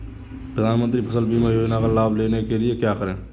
प्रधानमंत्री फसल बीमा योजना का लाभ लेने के लिए क्या करें?